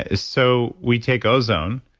ah so, we take ozone,